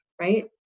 right